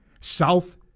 South